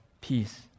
peace